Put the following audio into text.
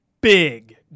big